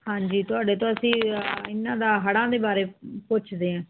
ਹਾਂਜੀ ਤੁਹਾਡੇ ਤੋਂ ਅਸੀਂ ਇਹਨਾਂ ਦਾ ਹੜਾਂ ਦੇ ਬਾਰੇ ਪੁੱਛਦੇ ਹਾਂ